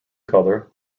colour